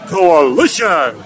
Coalition